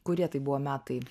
kurie tai buvo metai